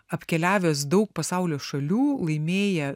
apkeliavęs daug pasaulio šalių laimėję